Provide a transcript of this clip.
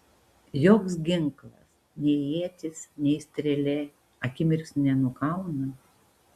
joks ginklas nei ietis nei strėlė akimirksniu nenukauna